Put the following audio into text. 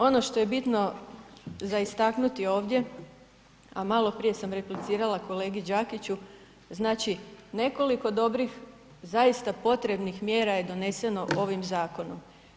Ono što je bitno za istaknuti ovdje, a maloprije sam replicirala kolegi Đakiću, znači nekoliko dobrih, zaista potrebnih mjera je doneseno ovim zakonom.